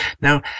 Now